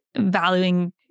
valuing